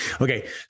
Okay